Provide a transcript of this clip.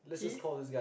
he